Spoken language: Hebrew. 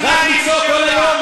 רק לצעוק כל היום,